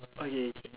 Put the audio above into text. okay